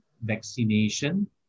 vaccination